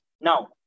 Now